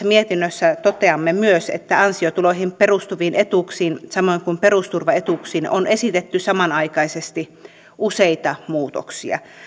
mietinnössä toteamme myös että ansiotuloihin perustuviin etuuksiin samoin kuin perusturvaetuuksiin on esitetty samanaikaisesti useita muutoksia